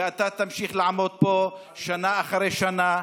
ואתה תמשיך לעמוד פה שנה אחרי שנה,